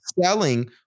selling